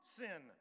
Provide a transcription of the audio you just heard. sin